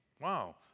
Wow